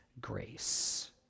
grace